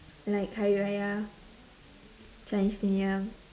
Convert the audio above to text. like hari-raya chinese new year